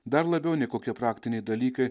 dar labiau nei kokie praktiniai dalykai